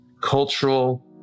cultural